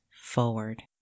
forward